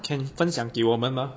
can 分享给我们吗